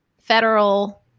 federal